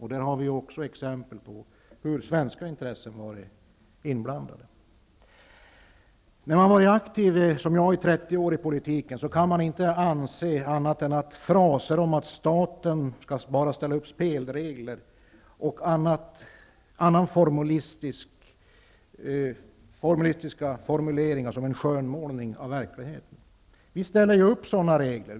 Här har vi också exempel på att svenska intressen har varit inblandade. När man som jag har varit aktiv i politiken i 30 år kan man inte anse annat än att fraser som att staten bara skall ställa upp spelregler inte är något annat än en skönmålning av verkligheten. Vi ställer ju upp sådana regler.